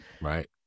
Right